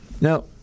Now